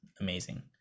amazing